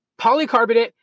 polycarbonate